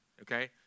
okay